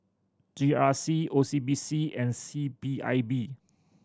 G R C O C B C and C P I B